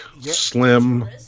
slim